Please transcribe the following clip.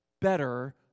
better